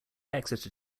exeter